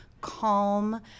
calm